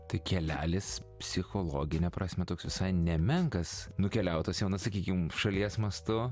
tai kelelis psichologine prasme toks visai nemenkas nukeliautas jau na sakykim šalies mastu